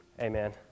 Amen